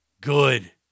good